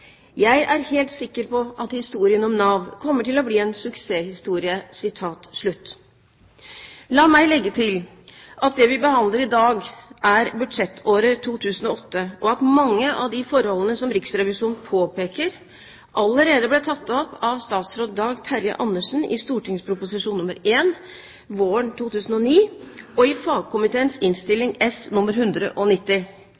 er helt sikker på at historien om Nav kommer til å bli en suksesshistorie.» La meg legge til at det vi behandler i dag, er budsjettåret 2008, og at mange av de forholdene som Riksrevisjonen påpeker, allerede ble tatt opp av statsråd Dag Terje Andersen i St.prp. nr. 51 våren 2009 og i fagkomiteens